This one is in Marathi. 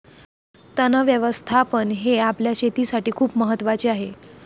तण व्यवस्थापन हे आपल्या शेतीसाठी खूप महत्वाचे आहे